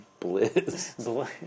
Blizz